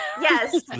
Yes